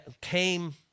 came